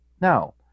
Now